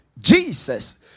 Jesus